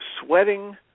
sweating